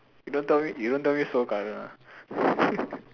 you don't tell me you don't tell me Seoul Garden ah